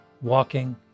walking